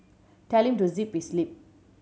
telling to zip his lip